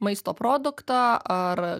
maisto produktą ar